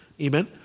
Amen